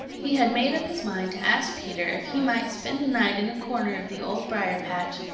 he had made up his mind to ask peter if he might spend the night in a corner of the old briar-patch,